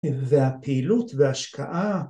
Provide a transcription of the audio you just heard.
‫והפעילות והשקעה...